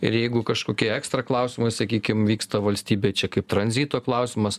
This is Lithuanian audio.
ir jeigu kažkokie ekstra klausimai sakykim vyksta valstybėj čia kaip tranzito klausimas